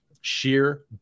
sheer